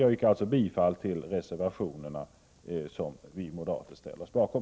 Jag yrkar alltså bifall till de reservationer som vi moderater står bakom.